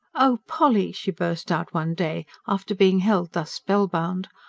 oh, polly! she burst out one day, after being held thus spellbound.